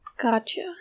Gotcha